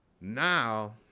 Now